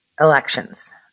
elections